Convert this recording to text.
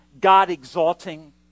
God-exalting